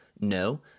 No